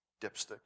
dipstick